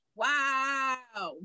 wow